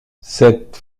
cette